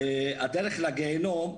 הדרך לגיהנום,